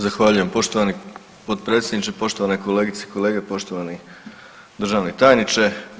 Zahvaljujem poštovani potpredsjedniče, poštovane kolegice i kolege, poštovani državni tajniče.